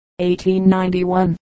1891